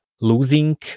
losing